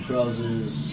Trousers